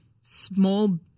small-